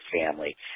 family